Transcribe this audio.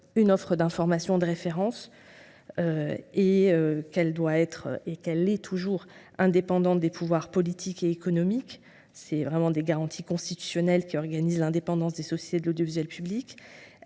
une offre d’information de référence et qu’il doit rester – il l’est aujourd’hui – indépendant des pouvoirs politiques et économiques. Plusieurs garanties constitutionnelles organisent l’indépendance des sociétés de l’audiovisuel public.